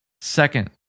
Second